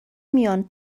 میان